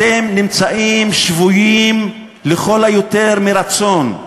אתם נמצאים שבויים לכל היותר מרצון,